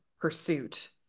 pursuit